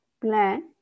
plan